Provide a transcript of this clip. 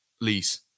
lease